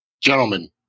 Gentlemen